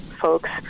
folks